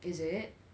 is it